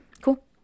Cool